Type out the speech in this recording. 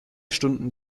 stunden